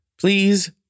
please